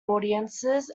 audiences